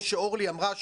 כמו שאורלי אמרה,